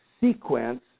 sequence